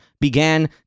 began